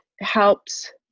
helps